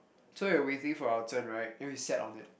so we were waiting for our turn right and we sat on it